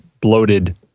bloated